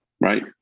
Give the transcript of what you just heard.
Right